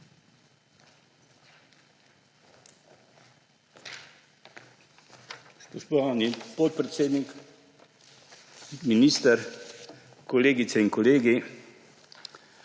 Spoštovani podpredsednik, minister, kolegice in kolegi!